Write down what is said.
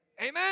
Amen